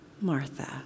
Martha